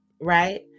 right